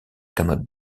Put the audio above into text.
cannot